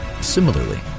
Similarly